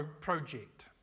project